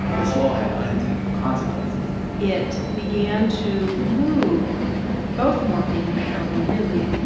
this law had unintended consequences it began to move both morphine and heroin, really,